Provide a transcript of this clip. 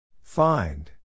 Find